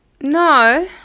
No